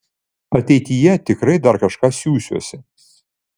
ateityje tikrai dar kažką siųsiuosi